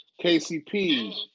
KCP